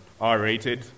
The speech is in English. R-rated